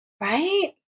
right